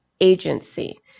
agency